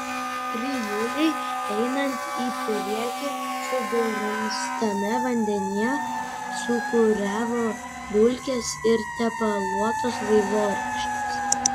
trijulei einant į priekį sudrumstame vandenyje sūkuriavo dulkės ir tepaluotos vaivorykštės